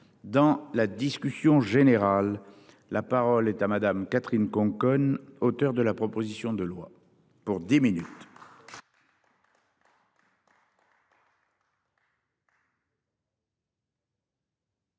Dans la discussion générale. La parole est à Madame, Catherine Conconne, auteur de la proposition de loi pour 10 minutes.